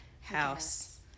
house